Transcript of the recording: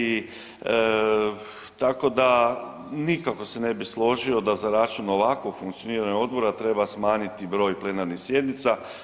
Tako da nikako se ne bi složio da za račun ovakvog funkcioniranja odbora treba smanjiti broj plenarnih sjednica.